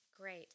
Great